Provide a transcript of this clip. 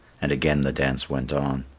and again the dance went on.